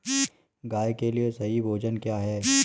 गाय के लिए सही भोजन क्या है?